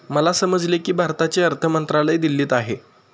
मला समजले की भारताचे अर्थ मंत्रालय दिल्लीत आहे